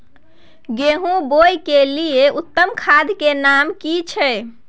गेहूं बोअ के लिये उत्तम खाद के नाम की छै?